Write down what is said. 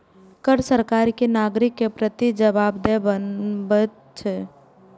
कर सरकार कें नागरिक के प्रति जवाबदेह बनबैत छै